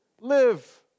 live